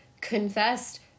confessed